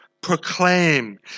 proclaim